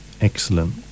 Excellent